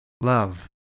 Love